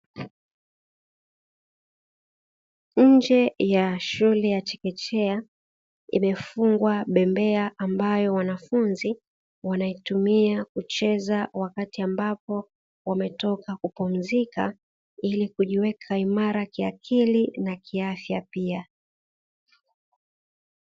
Nje ya shule ya chekechea imefungwa bambea, ambayo wanafunzi wanaitumia kucheza wakati ambapo wametoka kupumzika, ili kujiweka imara kiakili na kiafya pia.